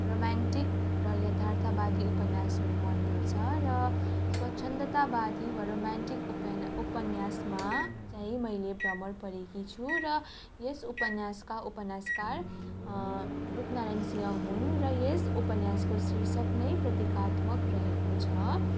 romantic र यथार्थवादी उपन्यासहरू मनपर्छ र स्वच्छन्दतावादी वा रोमान्टिक उपन् उपन्यासमा चाहिँ मैले भ्रमर पढेकी छु र यस उपन्यासका उपन्यासकार रूपनारायण सिंह हुन् र यस उपन्यासको शीर्षक नै प्रतीकात्मक रहेको छ